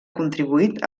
contribuït